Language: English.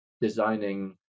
designing